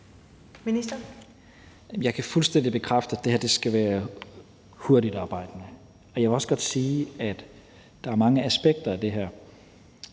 Tesfaye): Jeg kan fuldstændig bekræfte, at det her skal være hurtigtarbejdende. Jeg vil også godt sige, at der er mange aspekter i det her.